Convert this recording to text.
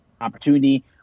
opportunity